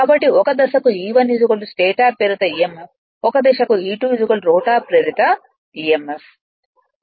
కాబట్టి ఒక దశకు E1 స్టేటర్ ప్రేరిత emf ఒక దశకు E2 రోటర్ ప్రేరిత emf